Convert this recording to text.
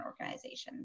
organizations